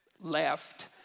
left